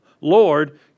Lord